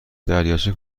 دریاچه